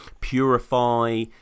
Purify